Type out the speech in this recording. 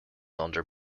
under